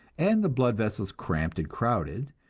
and the blood vessels cramped and crowded,